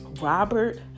Robert